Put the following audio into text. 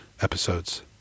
episodes